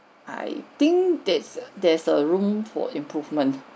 I think that's there's a room for improvement